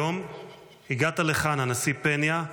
הנשיא פניה,